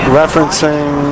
referencing